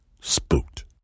Spooked